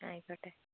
ആയിക്കോട്ടെ